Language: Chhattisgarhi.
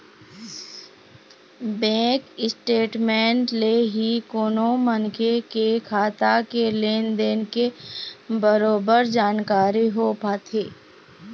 बेंक स्टेटमेंट ले ही कोनो मनखे के खाता के लेन देन के बरोबर जानकारी हो पाथे